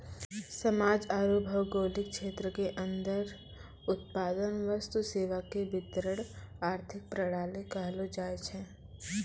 समाज आरू भौगोलिक क्षेत्र के अन्दर उत्पादन वस्तु सेवा के वितरण आर्थिक प्रणाली कहलो जायछै